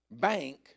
bank